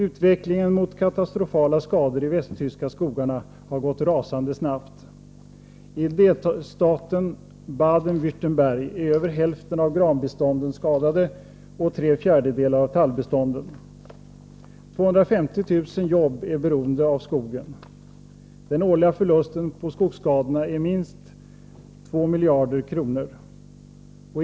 Utvecklingen mot katastrofala skador i de västtyska skogarna har gått rasande snabbt. I delstaten Baden-Wärttemberg är över hälften av granbestånden skadade och tre fjärdedelar av tallbestånden. 250 000 jobb är här beroende av skogen. Den årliga förlusten på skogsskadorna är minst 2 miljarder kronor.